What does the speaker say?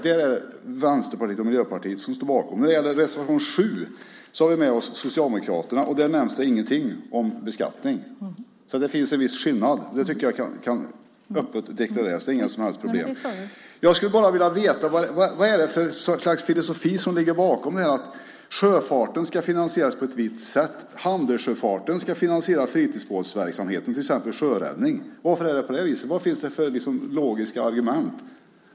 Det är Vänsterpartiet och Miljöpartiet som står bakom den reservationen. När det gäller reservation 7 har vi med oss Socialdemokraterna, och där nämns det ingenting om beskattning. Så det finns en viss skillnad. Det tycker jag öppet kan deklareras. Det är inget som helst problem. Jag skulle bara vilja veta vad det är för slags filosofi som ligger bakom att sjöfarten ska finansieras på ett visst sätt. Handelssjöfarten ska till exempel finansiera fritidsbåtsverksamheten vid sjöräddning. Varför är det på det viset? Vad finns det för logiska argument?